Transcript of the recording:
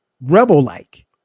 rebel-like